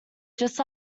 just